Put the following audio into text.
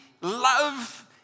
love